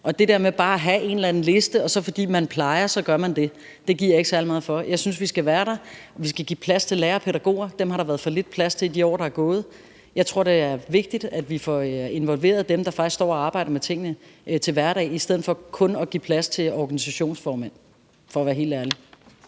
og det der med bare at have en eller anden liste og så gøre, hvad man plejer, giver jeg ikke særlig meget for. Jeg synes, vi skal være der, og vi skal give plads til lærere og pædagoger. Dem har der været for lidt plads til i de år, der er gået. Jeg tror, det er vigtigt, at vi får involveret dem, der faktisk står og arbejder med tingene til hverdag, i stedet for kun at give plads til organisationsformænd – for at være helt ærlig.